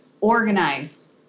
organize